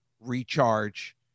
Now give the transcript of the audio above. Recharge